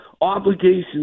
obligations